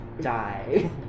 die